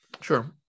Sure